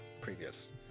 previous